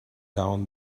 down